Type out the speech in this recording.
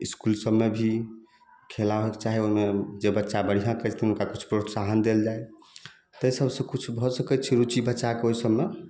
इसकुल सबमे भी खेला होइके चाही ओहिमे जे बच्चा बढ़िऑं करथिन हुनका किछु प्रोत्साहन देल जाय ताहि सबसे किछु भऽ सकै छै रुचि बच्चाके ओहि सबमे